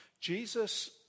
Jesus